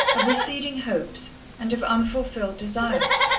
of receding hopes and of unfulfilled desires?